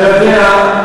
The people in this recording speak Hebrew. אתה יודע,